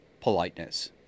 politeness